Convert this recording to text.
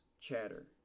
chatter